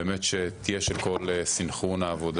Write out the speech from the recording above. באמת יש את כל סנכרון העבודה.